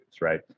right